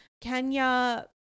Kenya